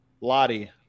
Lottie